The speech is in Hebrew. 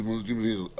התשפ"א-2020,